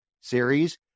series